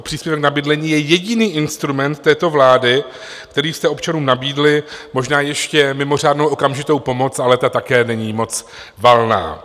Příspěvek na bydlení je jediný instrument této vlády, který jste občanům nabídli, možná ještě mimořádnou okamžitou pomoc, ale ta také není moc valná.